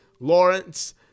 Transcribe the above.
Lawrence